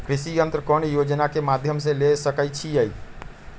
कृषि यंत्र कौन योजना के माध्यम से ले सकैछिए?